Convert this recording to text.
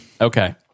Okay